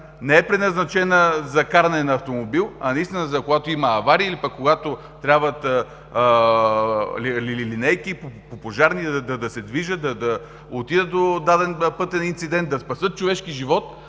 не е предназначена за каране на автомобил, а когато има авария, или пък когато трябва линейки и пожарни да се движат, да отидат до даден пътен инцидент, за да спасят човешки живот,